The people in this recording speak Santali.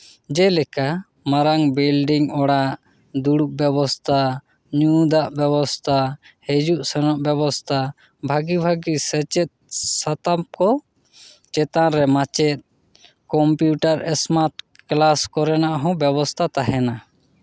ᱡᱮᱞᱮᱠᱟ ᱢᱟᱨᱟᱝ ᱵᱤᱞᱰᱤᱝ ᱚᱲᱟᱜ ᱫᱩᱲᱩᱵ ᱵᱮᱵᱚᱥᱛᱷᱟ ᱧᱩ ᱫᱟᱜ ᱵᱮᱵᱚᱥᱛᱷᱟ ᱦᱤᱡᱩᱜ ᱥᱮᱱᱚᱜ ᱵᱮᱵᱚᱥᱛᱷᱟ ᱵᱷᱟᱹᱜᱤ ᱵᱷᱟᱹᱜᱤ ᱥᱮᱪᱮᱫ ᱥᱟᱛᱟᱢ ᱠᱚ ᱪᱮᱛᱟᱱ ᱨᱮ ᱢᱟᱪᱮᱫ ᱠᱚᱢᱯᱤᱭᱩᱴᱟᱨ ᱮᱥᱢᱟᱨᱴ ᱠᱞᱟᱥ ᱠᱚᱨᱮᱱᱟᱜ ᱦᱚᱸ ᱵᱮᱵᱚᱥᱛᱷᱟ ᱛᱟᱦᱮᱱᱟ